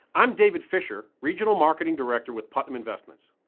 i'm david fischer, regional marketing director with putnam investments.